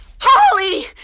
Holly